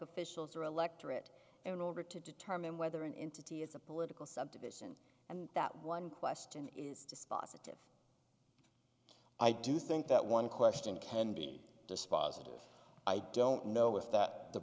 officials or electorate in order to determine whether an entity is a political subdivision and that one question is dispositive i do think that one question can be dispositive i don't know if that the